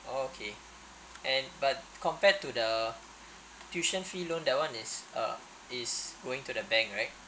oh okay and but compared to the tuition fee loan that one is uh is going to the bank right